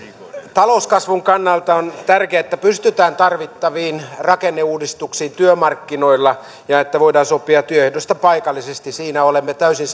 talouskasvun kannalta on tärkeätä että pystytään tarvittaviin rakenneuudistuksiin työmarkkinoilla ja että voidaan sopia työehdoista paikallisesti siinä olemme täysin